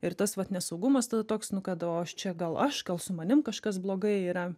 ir tas vat nesaugumas tada toks nu kad o aš čia gal aš gal su manim kažkas blogai yra